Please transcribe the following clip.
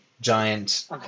giant